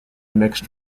mixed